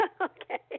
Okay